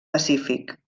pacífic